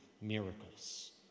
miracles